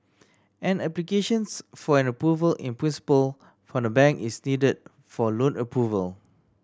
an applications for an Approval in Principle from the bank is needed for loan approval